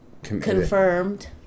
Confirmed